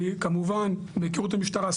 אני כמובן מכיר את המשטרה,